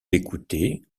l’écoutait